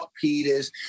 Peters